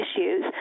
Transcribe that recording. issues